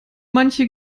manche